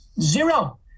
zero